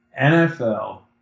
NFL